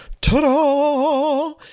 Ta-da